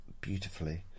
beautifully